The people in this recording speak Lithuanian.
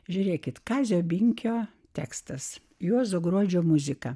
žiūrėkit kazio binkio tekstas juozo gruodžio muzika